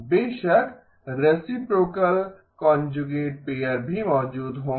बेशक reciprocal conjugate pair भी मौजूद होंगें